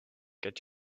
get